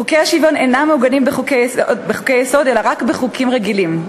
חוקי השוויון אינם מעוגנים בחוקי-יסוד אלא רק בחוקים רגילים.